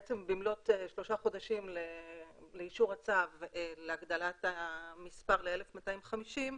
במלאות שלושה חודשים לאישור הצו להגדלת המספר ל-1,250,